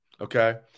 Okay